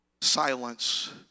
silence